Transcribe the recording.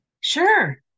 Sure